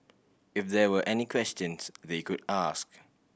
if there were any questions they could ask